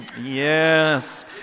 yes